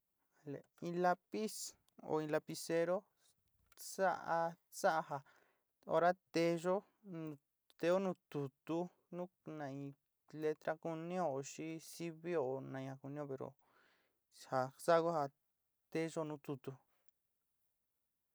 In lápiz o in lapiceró sa'a sa'a ja hora teyó nteó nu tutú nuj na in letra kunió xi sɨvió na ña kuni pero ja sa'a ku ja nteyo nu tutu.